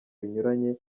binyuranye